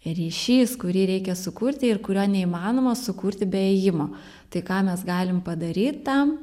ryšys kurį reikia sukurti ir kurio neįmanoma sukurti be ėjimo tai ką mes galim padaryt tam